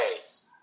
ways